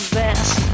best